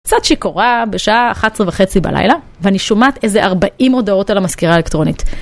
קצת שיכורה בשעה 23:30 בלילה ואני שומעת איזה 40 הודעות על המזכירה האלקטרונית.